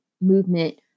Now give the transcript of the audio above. movement